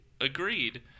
agreed